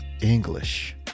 English